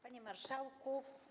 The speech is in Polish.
Panie Marszałku!